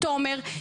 תומר,